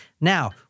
Now